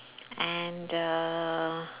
and uh